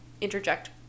interject